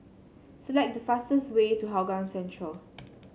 select the fastest way to Hougang Central